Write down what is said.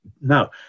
Now